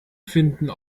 finden